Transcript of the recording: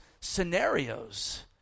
scenarios